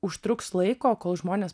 užtruks laiko kol žmonės